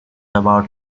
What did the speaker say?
about